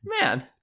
Man